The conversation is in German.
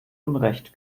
unrecht